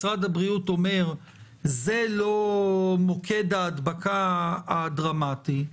משרד הבריאות אומר זה לא מוקד ההדבקה הדרמטי,